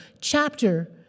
chapter